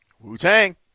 Wu-Tang